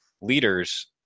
leaders